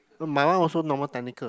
no my one also Normal Technical